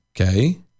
okay